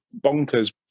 bonkers